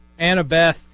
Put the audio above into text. Annabeth